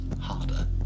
harder